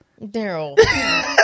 Daryl